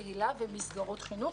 קהילה ומסגרות חינוך.